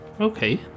Okay